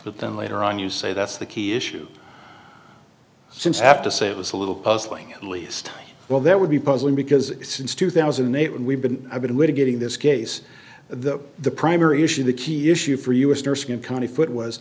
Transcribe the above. but then later on you say that's the key issue since have to say it was a little puzzling at least well that would be puzzling because since two thousand and eight when we've been going way to getting this case the the primary issue the